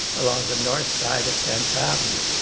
along the north side of tenth avenue.